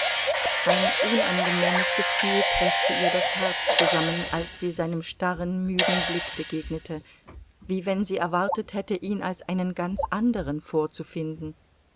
ein unangenehmes gefühl preßte ihr das herz zusammen als sie seinem starren müden blick begegnete wie wenn sie erwartet hätte ihn als einen ganz anderen vorzufinden